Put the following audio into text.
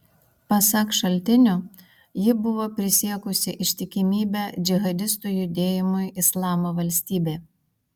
pasak šaltinių ji buvo prisiekusi ištikimybę džihadistų judėjimui islamo valstybė